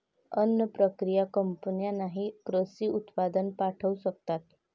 अन्न प्रक्रिया कंपन्यांनाही कृषी उत्पादन पाठवू शकतात